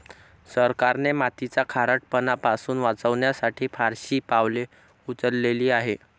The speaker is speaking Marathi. सरकारने मातीचा खारटपणा पासून वाचवण्यासाठी फारशी पावले उचलली आहेत